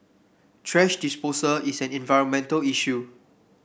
thrash disposal is an environmental issue